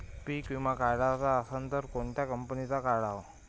पीक विमा काढाचा असन त कोनत्या कंपनीचा काढाव?